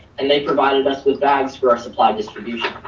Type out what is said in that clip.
and they provided us with bags for our supply distribution.